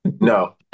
No